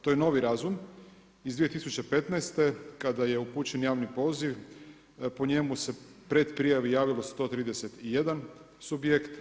To je novi razum iz 2015. kada je upućen javni poziv po njemu se u pretprijavi javio 131 subjekt.